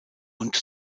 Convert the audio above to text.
und